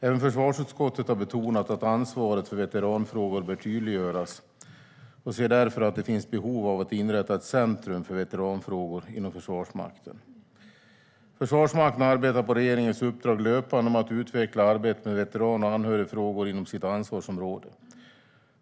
Även försvarsutskottet har betonat att ansvaret för veteranfrågor bör tydliggöras och ser därför att det finns behov av att inrätta ett centrum för veteranfrågor inom Försvarsmakten. Försvarsmakten arbetar på regeringens uppdrag löpande med att utveckla arbetet med veteran och anhörigfrågor inom sitt ansvarsområde.